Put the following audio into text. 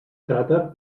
cràter